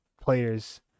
players